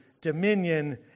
dominion